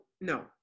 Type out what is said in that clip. no